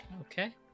Okay